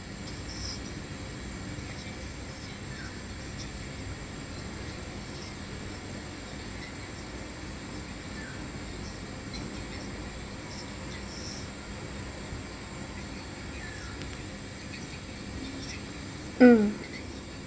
mm